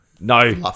No